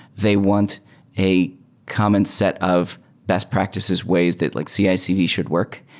they want a common set of best practices, ways that like cicd should work,